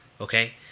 Okay